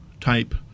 type